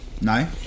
no